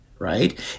Right